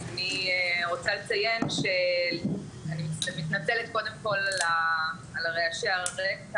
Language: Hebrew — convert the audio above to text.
אני רוצה לציין שהנושא הזה הוא נושא שעלה ב-2015,